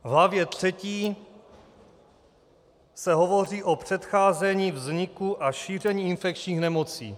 V hlavě III se hovoří o předcházení vzniku a šíření infekčních nemocí.